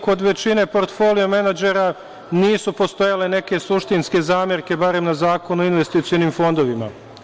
Kod većine portfolio menadžera nisu postojale neke suštinske zamerke, barem na Zakon o investicionim fondovima.